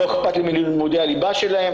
לא אכפת לי מלימודי הליב"ה שלהם,